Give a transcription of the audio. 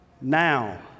now